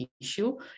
issue